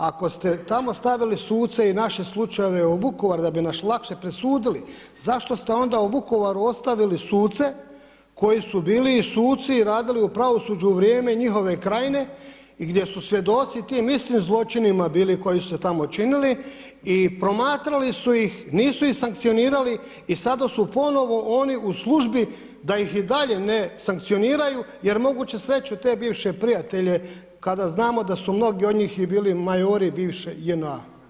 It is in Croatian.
Ako ste tamo stavili suce i naše slučajeve u Vukovar da bi nas lakše presudili, zašto ste onda u Vukovaru ostavili suce koji su bili i suci i radili u pravosuđu u vrijeme njihove krajine i gdje su svjedoci tim istim zločinima bili koji su se tamo činili i promatrali su ih, nisu ih sankcionirali i sada su ponovo oni u službi da ih i dalje ne sankcioniraju jer moguće sreću te bivše prijatelje kada znamo da su mnogi od njih i bili majori bivše JNA?